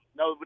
no